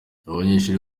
abanyeshuri